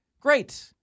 Great